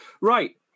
Right